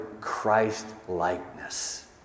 Christ-likeness